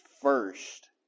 first